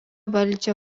valdžią